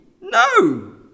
No